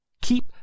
keep